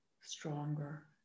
stronger